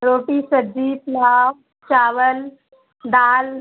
रोटी सब्जी पुलाव चावल दाल